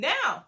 Now